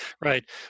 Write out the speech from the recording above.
right